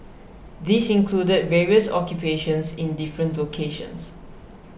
this included various occupations in different locations